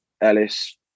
Ellis